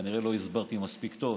כנראה לא הסברתי מספיק טוב,